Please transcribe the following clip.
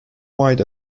wide